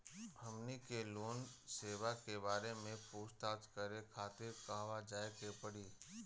हमनी के लोन सेबा के बारे में पूछताछ करे खातिर कहवा जाए के पड़ी?